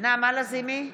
נעמה לזימי,